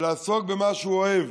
ולעסוק במה שהוא אוהב